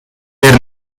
per